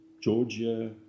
Georgia